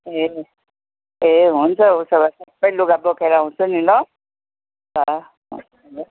ए ए हुन्छ उसो भए सबै लुगा बोकेर आउँछु नि ल